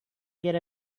get